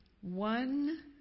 one